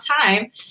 time